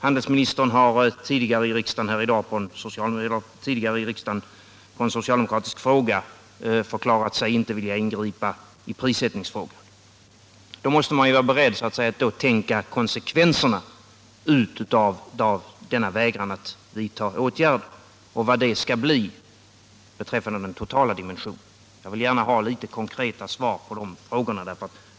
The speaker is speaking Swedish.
Handelsministern har tidigare i riksdagen på en socialdemokratisk fråga förklarat sig inte vilja ingripa i prissättningen. Då måste väl regeringen vara beredd att så att säga tänka ut vad konsekvenserna av denna vägran att vidta åtgärder kan bli beträffande den totala dimensionen. Jag vill gärna ha konkreta svar på de här frågorna.